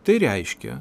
tai reiškia